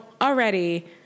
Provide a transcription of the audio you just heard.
already